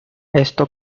esto